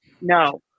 No